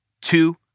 two